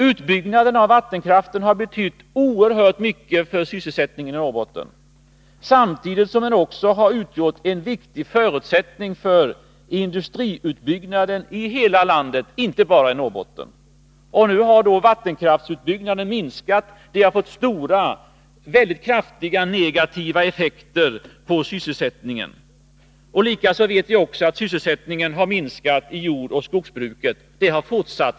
Utbyggnaden av vattenkraften har betytt oerhört mycket för sysselsättningen i Norrbotten, samtidigt som den också utgjort en viktig förutsättning för industriutbyggnaden i hela landet, inte bara i Norrbotten. Nu har vattenkraftsutbyggnaden minskat. Vi har fått mycket kraftiga negativa effekter på sysselsättningen. Likaså vet vi att sysselsättningen har minskat i jordoch skogsbruket.